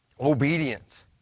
obedience